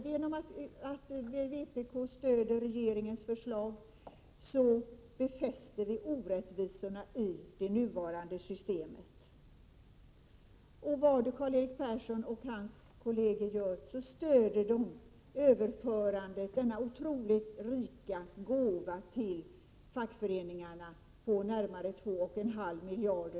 Genom att vpk stöder regeringens förslag befästs orättvisorna i det nuvarande systemet. Vad Karl-Erik Persson och hans kolleger än gör, stöder de den oerhört rika gåvan om närmare 2,5 miljarder kronor till fackföreningarna.